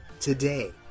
today